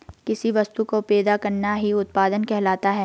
किसी वस्तु को पैदा करना ही उत्पादन कहलाता है